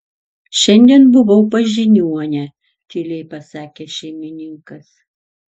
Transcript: šiandien buvau pas žiniuonę tyliai pasakė šeimininkas